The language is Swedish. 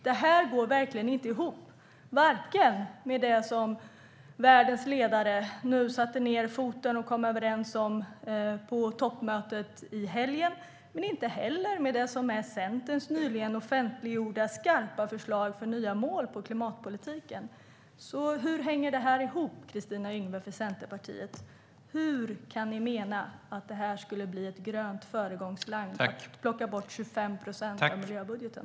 Det här går verkligen inte ihop vare sig med det som världens ledare nu satte ned foten och kom överens om på toppmötet i helgen eller med Centerns nyligen offentliggjorda skarpa förslag om nya mål för klimatpolitiken. Hur hänger det här ihop för Centerpartiet, Kristina Yngwe? Hur kan ni mena att det här skulle bli ett grönt föregångsland om ni plockar bort 25 procent av miljöbudgeten?